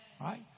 Right